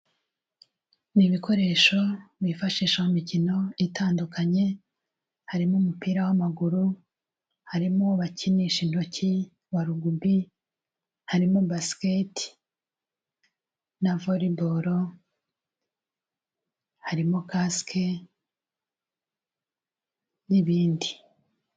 Ni ibikoresho bifashisha mu mikino itandukanye: harimo umupira w'amaguru, harimo uwo bakinisha intoki wa Rugby, harimo Basket na Volleyball, harimo kasike n'ibindi.